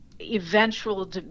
eventual